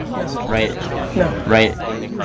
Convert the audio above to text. no. right no. right in the